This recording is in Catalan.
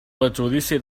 perjudici